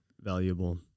valuable